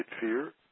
fear